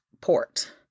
port